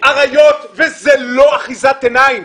אריות וזאת לא אחיזת עיניים.